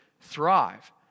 thrive